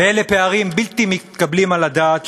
ואלה פערים בלתי מתקבלים על הדעת,